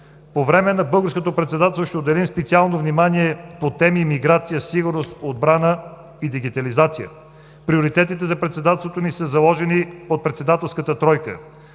По време на Българското председателство ще отделим специално внимание по темите: миграция, сигурност, отбрана и дигитализация. Приоритетите за Председателството ни са заложени от Председателската тройка.